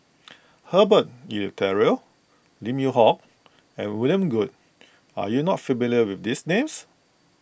Herbert Eleuterio Lim Yew Hock and William Goode are you not familiar with these names